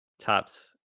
tops